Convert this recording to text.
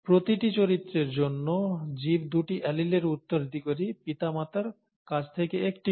প্রতিটি চরিত্রের জন্য জীব দুটি অ্যালিলের উত্তরাধিকারী পিতা মাতার কাছ থেকে একটি করে